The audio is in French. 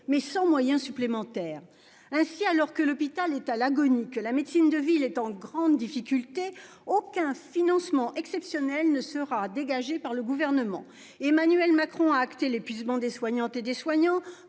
mais sans moyens supplémentaires. Ainsi, alors que l'hôpital est à l'agonie que la médecine de ville est en grande difficulté, aucun financement exceptionnel ne sera dégagé par le gouvernement, Emmanuel Macron a acté l'épuisement des soignantes et des soignants